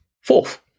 Fourth